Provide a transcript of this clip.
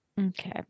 okay